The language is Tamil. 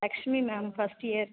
Lakshmi ma'am first year